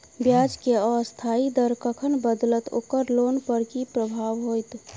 ब्याज केँ अस्थायी दर कखन बदलत ओकर लोन पर की प्रभाव होइत?